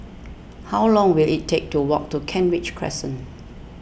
how long will it take to walk to Kent Ridge Crescent